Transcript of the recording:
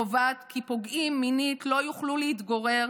קובעת כי פוגעים מינית לא יוכלו להתגורר